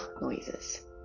noises